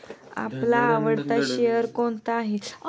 आपला आवडता शेअर कोणता आहे?